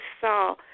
saw